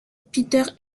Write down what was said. pieter